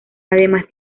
además